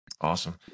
Awesome